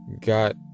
got